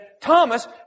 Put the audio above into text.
Thomas